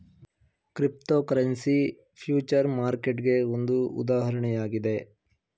cryptocurrency future ಮಾರ್ಕೆಟ್ಗೆ ಒಂದು ಉದಾಹರಣೆಯಾಗಿದೆ